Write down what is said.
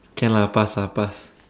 can lah pass ah pass